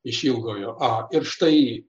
iš ilgojo a ir štai